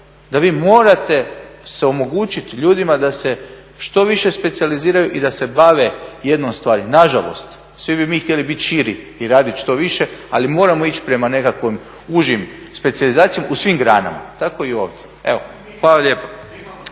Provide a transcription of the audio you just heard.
da vi morate se omogućiti ljudima da se što više specijaliziraju i da bave jednom stvari. Nažalost svi bi mi htjeli biti širi i radit što više ali moramo ić prema nekakvim užim specijalizacijama u svim granama, tako i ovdje. Evo, hvala lijepa.